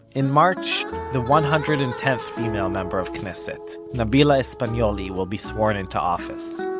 in march the one hundred and tenth female member of knesset, nabila espanioly, will be sworn into office.